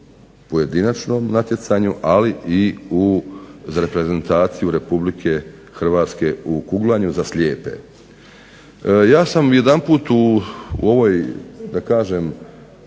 pojedinačnom natjecanju, ali i za reprezentaciju Republika Hrvatske u kuglanju za slijepe. Ja sam jedanput u ovom mandatu